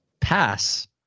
Pass